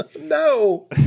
No